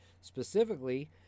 Specifically